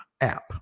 app